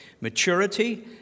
Maturity